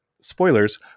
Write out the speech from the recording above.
spoilers